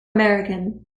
american